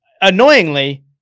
Annoyingly